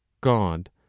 god